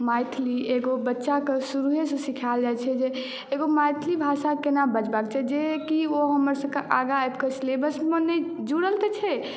मैथिली एगो बच्चाके शुरुए सॅं सिखायल जाइत छै जे एगो मैथिली भाषा केना बजबाके चाही जे कि ओ हमर सभकेँ आगाँ आबि कऽ सिलेबस मे नहि जुड़ल तऽ छै